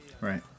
Right